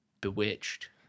bewitched